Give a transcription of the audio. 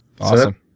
Awesome